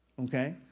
Okay